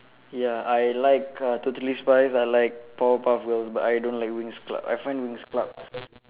ya I like uh totally spies I like powerpuff girls but I don't like winx club I find winx club